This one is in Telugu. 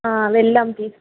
వెళదాం ప్లీజ్